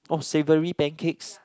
oh savoury pancakes